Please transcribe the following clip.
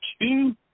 two